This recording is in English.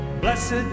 blessed